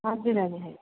हजुर हजुर